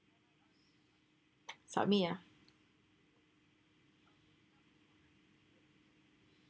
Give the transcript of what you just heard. submit ah